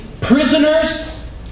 prisoners